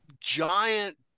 giant